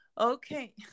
Okay